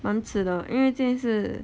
蛮迟的因为今天是